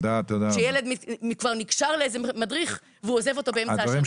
שילד כבר נקשר לאיזה מדריך והוא עוזב אותו באמצע השנה.